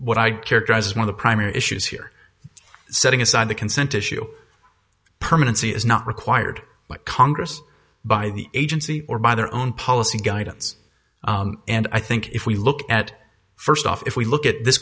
what i'd characterize as one of the primary issues here setting aside the consent issue permanency is not required but congress by the agency or by their own policy guidance and i think if we look at first off if we look at this